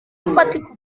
ifatika